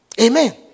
Amen